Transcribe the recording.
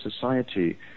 society